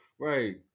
Right